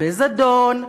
בזדון,